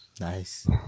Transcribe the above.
Nice